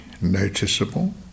noticeable